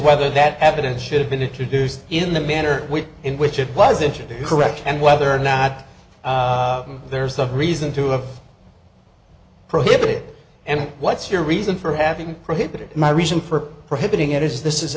whether that evidence should have been introduced in the manner in which it was ejected correct and whether or not there's a reason to have prohibited it and what's your reason for having prohibited my reason for prohibiting it is this is